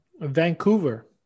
Vancouver